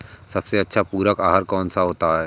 सबसे अच्छा पूरक आहार कौन सा होता है?